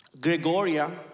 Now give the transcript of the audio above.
Gregoria